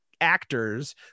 actors